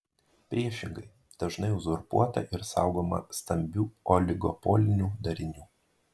priešingai dažnai uzurpuota ir saugoma stambių oligopolinių darinių